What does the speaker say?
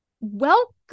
welcome